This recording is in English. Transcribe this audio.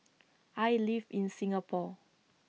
I live in Singapore